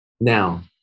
Now